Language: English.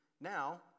now